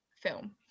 film